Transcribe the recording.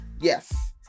Yes